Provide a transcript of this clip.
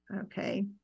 Okay